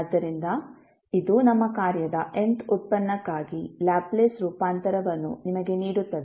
ಆದ್ದರಿಂದ ಇದು ನಮ್ಮ ಕಾರ್ಯದ nth ಉತ್ಪನ್ನಕ್ಕಾಗಿ ಲ್ಯಾಪ್ಲೇಸ್ ರೂಪಾಂತರವನ್ನು ನಿಮಗೆ ನೀಡುತ್ತದೆ